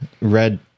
Red